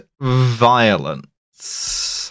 violence